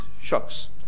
shocks